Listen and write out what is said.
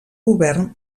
govern